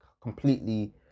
completely